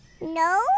No